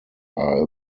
are